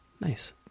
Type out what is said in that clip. Nice